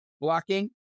blocking